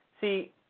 See